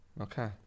Okay